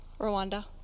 Rwanda